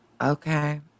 Okay